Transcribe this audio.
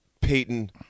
Peyton